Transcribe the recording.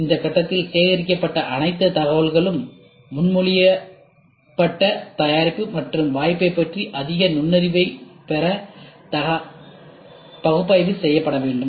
எனவே இந்த கட்டத்தில் சேகரிக்கப்பட்ட அனைத்து தகவல்களும் முன்மொழியப்பட்ட தயாரிப்பு மற்றும் வாய்ப்பைப் பற்றி அதிக நுண்ணறிவைப் பெற பகுப்பாய்வு செய்யப்பட வேண்டும்